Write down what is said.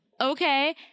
okay